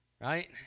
right